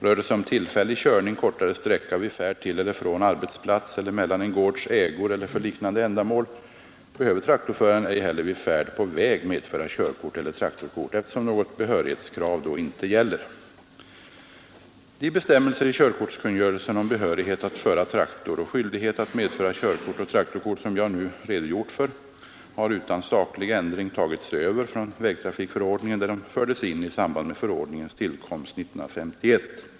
Rör det sig om tillfällig körning kortare sträcka vid färd till eller från arbetsplats eller mellan en gårds ägor eller för liknande ändamål behöver traktorföraren ej heller vid färd på väg medföra körkort eller traktorkort, eftersom något behörighetskrav då inte gäller. De bestämmelser i körkortskungörelsen om behörighet att föra traktor och skyldighet att medföra körkort och traktorkort som jag nu redogjort för har utan saklig ändring tagits över från vägtrafikförordningen, där de fördes in i samband med förordningens tillkomst 1951.